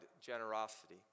generosity